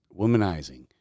womanizing